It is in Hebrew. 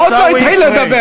הוא עוד לא התחיל לדבר.